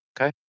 okay